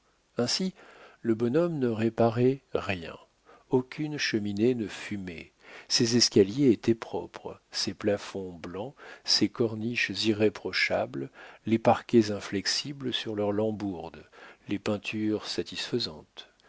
ainsi le bonhomme ne réparait rien aucune cheminée ne fumait ses escaliers étaient propres ses plafonds blancs ses corniches irréprochables les parquets inflexibles sur leurs lambourdes les peintures satisfaisantes